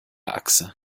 achse